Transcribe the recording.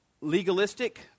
legalistic